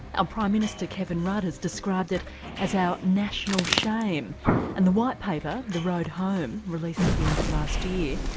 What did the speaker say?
ah prime minister, kevin rudd, has described it as our national shame and the white paper, the road home, released at the end of last year,